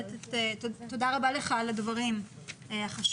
תודה רבה לך על הדברים החשובים.